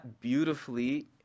beautifully